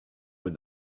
with